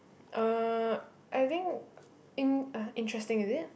uh I think in~ ah interesting is it